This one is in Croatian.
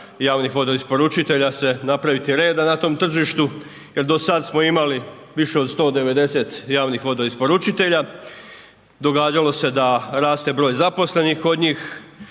javnih vodoisporučitelja se napraviti reda na tom tržištu, jer do sada smo imali više od 190 javnih vodoisporučitelja, događalo se da raste broj zaposlenih kod njih,